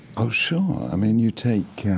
oh, sure. i mean, you take